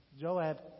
Joab